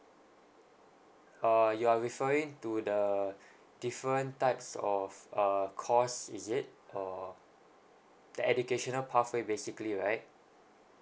or you are referring to the different types of uh course is it or the educational pathway basically right